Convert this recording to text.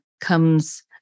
comes